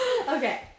Okay